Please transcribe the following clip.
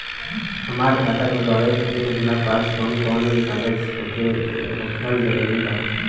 हमार खाता खोलवावे खातिर हमरा पास कऊन कऊन कागज होखल जरूरी बा?